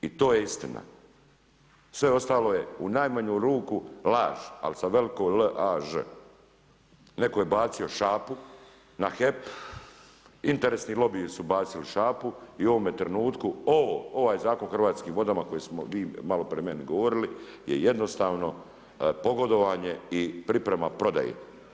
I to je istina, sve ostalo je u najmanju ruku laž, ali sa veliko LAŽ. neko je bacio šapu na HEP, interesni lobiji su bacili šapu i u ovome trenutku ovaj zakon o hrvatskim vodama koje ste vi maloprije meni govorili je jednostavno pogodovanje i priprema prodaje.